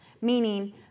meaning